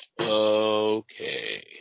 Okay